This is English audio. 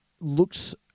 looks